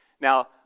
Now